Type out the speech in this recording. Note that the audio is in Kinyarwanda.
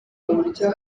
uburyo